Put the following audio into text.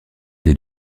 des